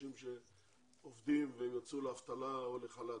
אנשים שעובדים ויצאו לאבטלה או חל"ת.